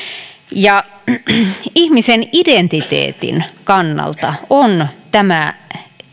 ihmisen identiteetin kannalta tämä on